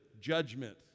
judgment